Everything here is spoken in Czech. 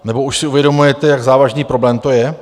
Nebo už si uvědomujete, jak závažný problém to je?